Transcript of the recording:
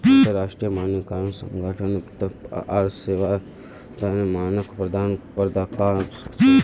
अंतरराष्ट्रीय मानकीकरण संगठन उत्पाद आर सेवार तने मानक प्रदान कर छेक